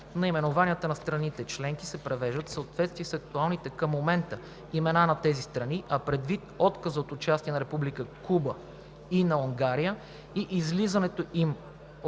наименованията на страните членки се привеждат в съответствие с актуалните към момента имена на тези страни, а предвид отказа от участие на Република Куба и на Унгария и излизането им от